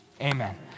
Amen